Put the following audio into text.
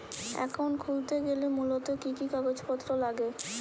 Account খুলতে গেলে মূলত কি কি কাগজপত্র লাগে?